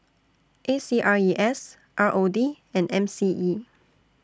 A C R E S R O D and M C E